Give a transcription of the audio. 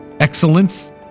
excellence